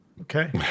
Okay